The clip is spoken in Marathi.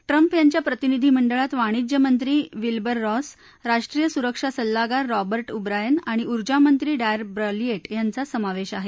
ट्रम्प यांच्या प्रतिनिधी मंडळात वाणिज्य मंत्री विलबर रॉस राष्ट्रीय सुरक्षा सल्लागार रॉबर्ट उब्रायन आणि ऊर्जा मंत्री डू भ्रॉलिएट यांचा समावेश आहे